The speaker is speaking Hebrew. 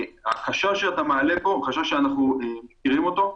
החשש שאתה מעלה, הוא חשש שאנחנו מכירים אותו.